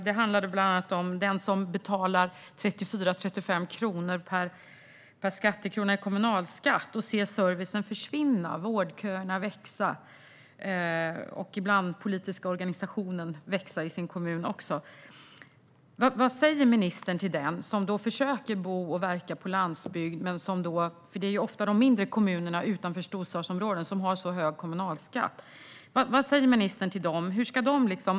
Den gällde bland annat dem som betalar 34-35 kronor per hundralapp i kommunalskatt och som ser servicen försvinna och vårdköerna växa, samtidigt som den politiska organisationen i kommunen ibland också växer. Det är ju ofta de mindre kommunerna utanför storstadsområdena som har så hög kommunalskatt. Vad säger ministern till dem som försöker att bo och verka på landsbygden?